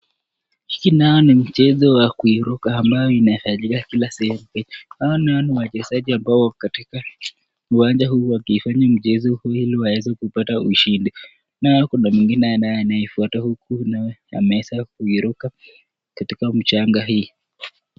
Hiki nayo ni mchezo wa kuiruka ambayo inafanyika kila sehemu. Hawa nao ni wachezaji ambao wako katika uwanja huu wakifanya mchezo huu ili waweze kupata ushindi . Nayo kuna mwingine anayeifuata huku ameweza kuiruka katika mchanga hii.